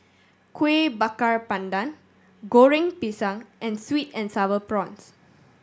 Kueh Bakar Pandan Goreng Pisang and sweet and Sour Prawns